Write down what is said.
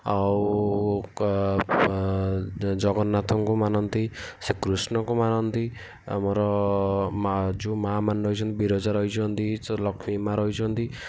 ଆଉ କ ଜଗନ୍ନାଥଙ୍କୁ ମାନନ୍ତି ସେ କୃଷ୍ଣଙ୍କୁ ମାନନ୍ତି ଆମର ମା ଯେଉଁ ମାଆମାନେ ରହିଛନ୍ତି ବିରଜା ରହିଛନ୍ତି ଲକ୍ଷ୍ମୀ ମାଆ ରହିଛନ୍ତି